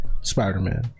Spider-Man